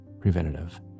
preventative